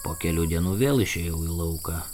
po kelių dienų vėl išėjau į lauką